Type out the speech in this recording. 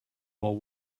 while